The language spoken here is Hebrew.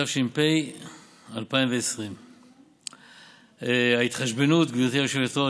התש"ף 2020. גברתי היושבת-ראש,